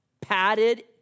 padded